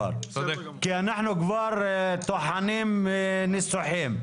כי אנחנו כבר טוחנים ניסוחים.